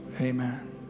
Amen